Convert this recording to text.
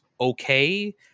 okay